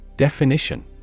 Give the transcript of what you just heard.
Definition